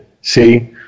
See